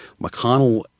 McConnell